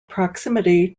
proximity